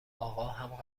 آقاهم